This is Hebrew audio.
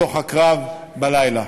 בתוך הקרב בלילה.